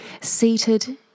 Seated